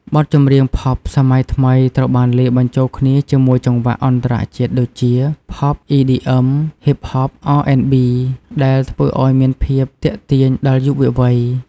បទចម្រៀងផប់សម័យថ្មីត្រូវបានលាយបញ្ចូលគ្នាជាមួយចង្វាក់អន្តរជាតិដូចជា ផប់ អ៊ីឌីអឹម ហ៊ីបហប អរអេនប៊ី ដែលធ្វើឱ្យមានភាពទាក់ទាញដល់យុវវ័យ។